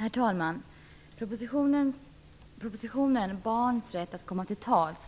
Herr talman! I propositionen Barns rätt att komma till tals tas